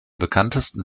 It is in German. bekanntesten